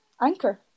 Anchor